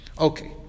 Okay